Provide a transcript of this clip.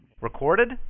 Recorded